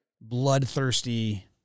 Bloodthirsty